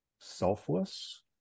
selfless